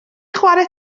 chwarae